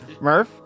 Murph